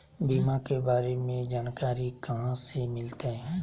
बीमा के बारे में जानकारी कहा से मिलते?